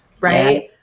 right